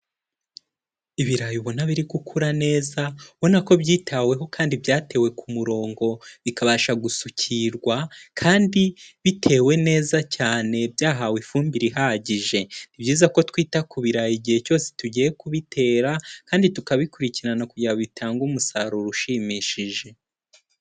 Ibirayi ubona biri gukura neza, ubona ko byitaweho kandi byatewe ku murongo bikabasha gusukirwa kandi bitewe neza cyane, byahawe ifumbire ihagije, ni byiza ko twita ku birayi igihe cyose tugiye kubitera kandi tukabikurikirana kugira ngo bitange umusaruro ushimishije.